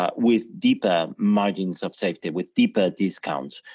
ah with deeper margins of safety, with deeper discounts.